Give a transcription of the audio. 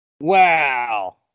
Wow